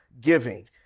giving